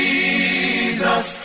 Jesus